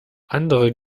andere